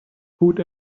food